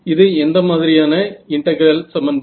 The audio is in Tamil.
இது எந்த மாதிரியான இன்டெகிரல் சமன்பாடு